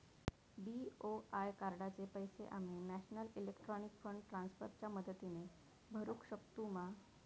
BOI कार्डाचे पैसे आम्ही नेशनल इलेक्ट्रॉनिक फंड ट्रान्स्फर च्या मदतीने भरुक शकतू मा?